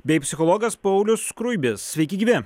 bei psichologas paulius skruibis sveiki gyvi